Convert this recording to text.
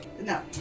No